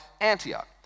Antioch